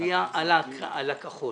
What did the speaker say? נצביע על הנוסח הכחול.